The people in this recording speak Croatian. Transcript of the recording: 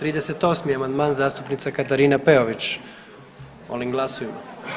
38. amandman, zastupnica Katarina Peović, molim glasujmo.